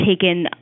taken